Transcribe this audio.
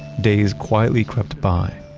days quietly crept by.